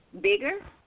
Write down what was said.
bigger